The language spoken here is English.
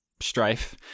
strife